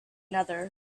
another